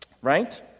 right